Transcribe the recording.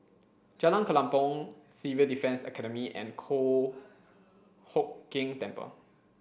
Jalan Kelempong Civil Defence Academy and Kong Hock Keng Temple